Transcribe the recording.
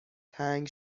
تنگ